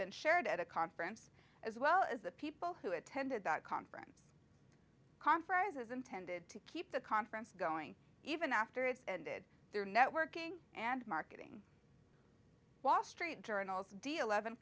been shared at a conference as well as the people who attended the conference conferences intended to keep the conference going even after it's ended their networking and marketing wall street journal's deal lev